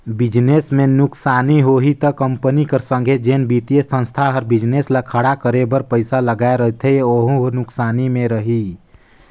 business में नुकसानी होही ता कंपनी कर संघे जेन बित्तीय संस्था हर बिजनेस ल खड़ा करे बर पइसा लगाए रहथे वहूं नुकसानी में रइही